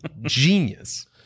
Genius